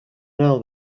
now